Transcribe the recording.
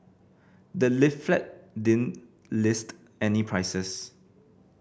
the leaflet didn't list any prices